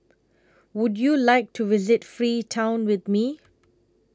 Would YOU like to visit Freetown with Me